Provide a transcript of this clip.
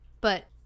But-